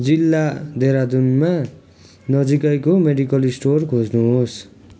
जिल्ला देहरादुनमा नजिकैको मेडिकल स्टोर खोज्नु होस्